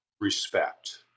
respect